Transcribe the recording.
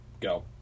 go